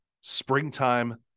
springtime